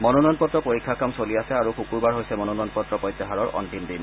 মনোনয়ন পত্ৰ পৰীক্ষাৰ কাম চলি আছে আৰু শুকূৰবাৰ হৈছে মনোনয়ন পত্ৰ প্ৰত্যাহাৰৰ অস্তিম দিন